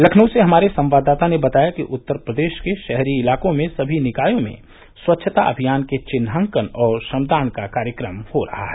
लखनऊ से हमारे संवाददाता ने बताया कि उत्तर प्रदेश के शहरी इलाकों में सभी निकायों में स्वच्छता अभियान के चिन्हांकन और श्रमदान का कार्यक्रम हो रहा है